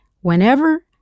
whenever